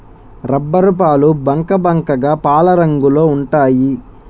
రబ్బరుపాలు బంకబంకగా పాలరంగులో ఉంటాయి